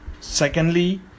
secondly